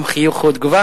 גם חיוך הוא תגובה.